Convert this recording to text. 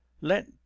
let